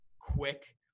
quick